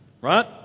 right